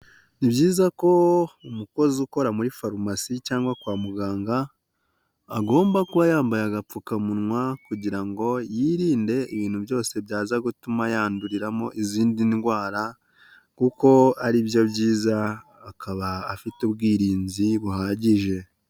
Ni byiza ko umukozi ukora muri farumasi cyangwa kwa muganga, agomba kuba yambaye agapfukamunwa kugira ngo yirinde ibintu byose byaza gutuma yanduriramo izindi ndwara, kuko ari byo byiza akaba afite ubwirinzi buhagije.